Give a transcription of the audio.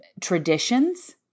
traditions